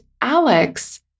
Alex